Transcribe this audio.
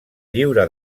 lliure